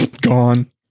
Gone